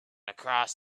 across